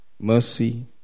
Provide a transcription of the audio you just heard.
Mercy